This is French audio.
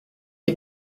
est